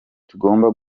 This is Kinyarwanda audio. tugomba